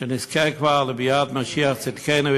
שנזכה כבר לביאת משיח צדקנו,